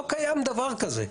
לא קיים דבר כזה.